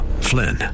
Flynn